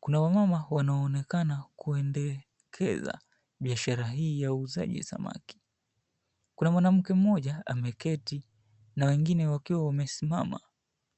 Kuna wamama wanaoonekana kuendekeza bishara hii ya uuzaji samaki. Kuna mwanamke mmoja ameketi, na wengine wakiwa wamesimama.